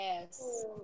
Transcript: Yes